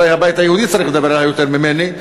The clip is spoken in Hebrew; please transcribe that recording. אולי הבית היהודי צריך לדבר עליה יותר ממני.